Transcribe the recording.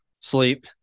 Sleep